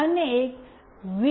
અને એક વી